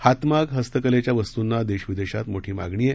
हातमाग हस्तकलेच्या वस्तूंना देश विदेशात मोठी मागणी आहे